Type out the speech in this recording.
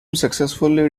successfully